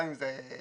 גם אם זה חמישה,